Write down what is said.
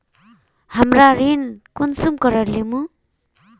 हमरा ऋण कुंसम करे लेमु?